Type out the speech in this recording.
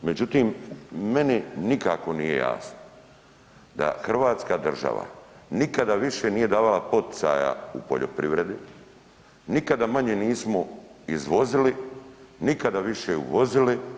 Međutim meni nikako nije jasno da Hrvatska država nikada više nije davala poticaja u poljoprivredi, nikada manje nismo izvozili, nikada više uvozili.